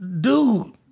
Dude